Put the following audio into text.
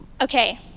Okay